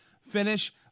finish